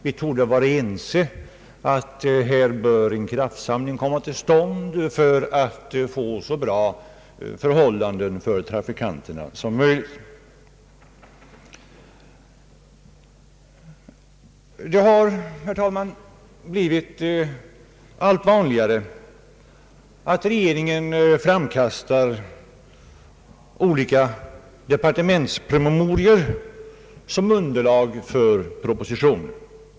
Vi torde vara eniga om att en kraftsamling bör komma till stånd för att skapa så bra förhållanden som möjligt för trafikanterna. Herr talman! Det har blivit allt vanligare att regeringen framkastar olika departementspromemorior som underlag för propositioner.